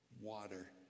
Water